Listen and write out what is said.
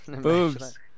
Boobs